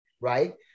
right